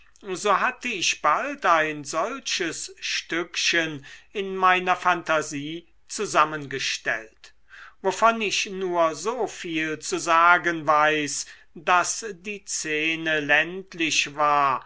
so hatte ich bald ein solches stückchen in meiner phantasie zusammengestellt wovon ich nur so viel zu sagen weiß daß die szene ländlich war